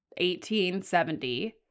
1870